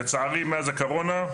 לצערי מאז הקורונה,